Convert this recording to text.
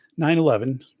9-11